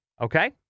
Okay